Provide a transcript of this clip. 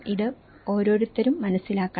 ഇത് ഓരോരുത്തരും മനസ്സിലാക്കണം